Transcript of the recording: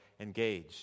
engaged